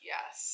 Yes